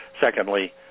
Secondly